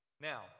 now